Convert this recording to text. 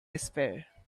despair